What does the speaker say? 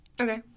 Okay